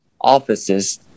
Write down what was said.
offices